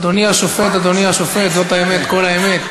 "אדוני השופט, אדוני השופט, זאת האמת, כל האמת".